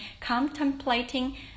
contemplating